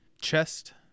Chest